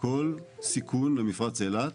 כל סיכון למפרץ אילת,